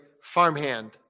farmhand